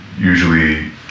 usually